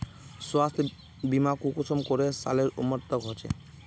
स्वास्थ्य बीमा कुंसम करे सालेर उमर तक होचए?